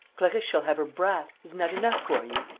clarisse shall have her brat. isn't that enough for you?